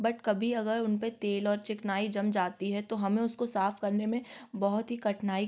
but कभी अगर उन पर तेल और चिकनाई जम जाती है तो हमें उसको साफ़ करने में बहुत ही कठिनाई